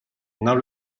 now